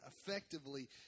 effectively